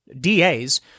DAs